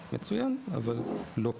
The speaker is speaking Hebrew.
מצוין, אבל לא פה.